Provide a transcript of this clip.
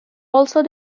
also